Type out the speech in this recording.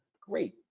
great